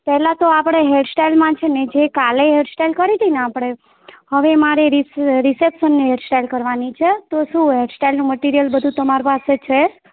પહેલાં તો આપણે હેરસ્ટાઈલમાં છે ને જે કાલે હેરસ્ટાઈલ કરી હતી ને આપણે હવે મારે રીસ રીસેપ્શનની હેરસ્ટાઈલ કરવાની છે તો શું હેરસ્ટાઈલનું મટીરીયલ બધું તમારી પાસે છે